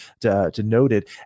denoted